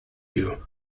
you